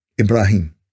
Ibrahim